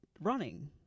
running